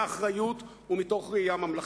באחריות ומתוך ראייה ממלכתית.